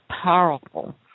powerful